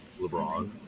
LeBron